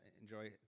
enjoy